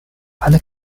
and